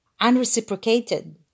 unreciprocated